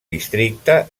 districte